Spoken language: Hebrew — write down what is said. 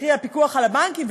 קרי הפיקוח על הבנקים,